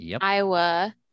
Iowa